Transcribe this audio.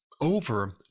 Over